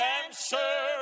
answer